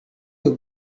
you